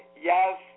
yes